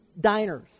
diners